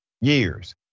years